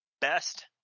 best